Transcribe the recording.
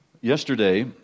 Yesterday